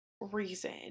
reason